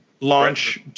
launch